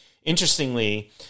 Interestingly